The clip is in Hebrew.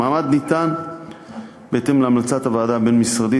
המעמד ניתן בהתאם להמלצת הוועדה הבין-משרדית